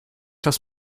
das